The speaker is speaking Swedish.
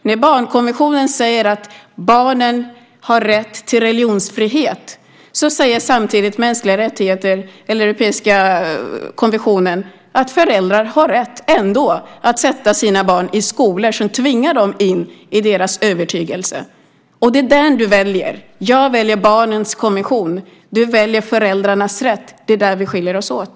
När barnkonventionen säger att barnen har rätt till religionsfrihet så säger samtidigt den europeiska konventionen att föräldrar ändå har rätt att sätta sina barn i skolor som tvingar barnen in i föräldrarnas övertygelse. Det är den du väljer. Jag väljer barnens konvention. Du väljer föräldrarnas rätt. Det är där vi skiljer oss åt.